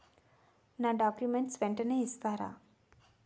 నా డాక్యుమెంట్స్ వెంటనే ఇస్తారా?